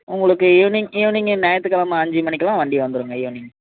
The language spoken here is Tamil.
உங்களுக்கு ஈவ்னிங் ஈவினிங்கே ஞாயித்துக்கிழம அஞ்சு மணிக்குலாம் வண்டி வந்துருங்க ஈவினிங்